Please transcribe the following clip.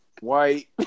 White